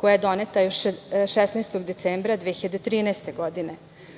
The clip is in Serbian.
koja je doneta još 16. decembra 2013.